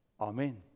Amen